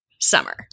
summer